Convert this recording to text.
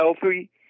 healthy